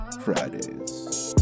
fridays